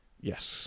Yes